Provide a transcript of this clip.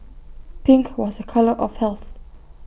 pink was A colour of health